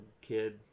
kid